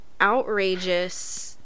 outrageous